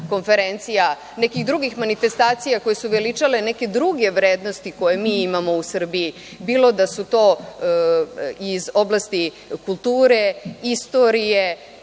konferencija, nekih drugih manifestacija koje su veličale neke druge vrednosti koje mi imamo u Srbiji, bilo da su to iz oblasti kulture, istorije,